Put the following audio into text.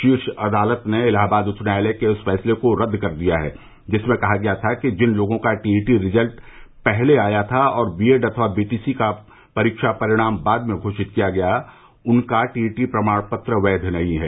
शीर्ष अदालत ने इलाहाबाद उच्च न्यायालय के उस फैंसले को रद्द कर दिया है जिसमें कहा गया था कि जिन लोगों का टीईटी रिजल्ट पहले आया और बीएड अथवा बीटीसी का परीक्षा परिणाम बाद में घोषित किया गया उनका टीईटी प्रमाण पत्र वैध नहीं है